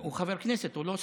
הוא חבר כנסת, הוא לא שר.